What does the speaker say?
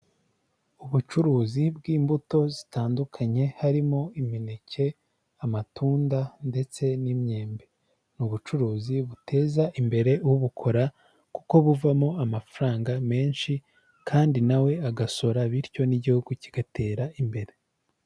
Ubucuruzi bw'imbuto zitandukanye harimo imineke amatunda ndetse n'imyembe, n'ubucuruzi buteza imbere ubukora kuko buvamo amafaranga menshi kandi na we agasora, bityo n'Igihugu kigatera imbere.